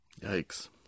Yikes